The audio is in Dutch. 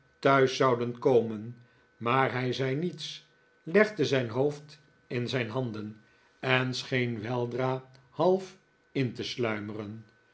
thuis zouden komen maar hij zei niets legde zijn hoofd in zijn handen en scheen weldra half in te sluimeren